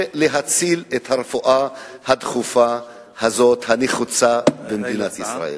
להציל את הרפואה הדחופה הזאת הנחוצה במדינת ישראל.